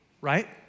right